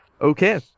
Okay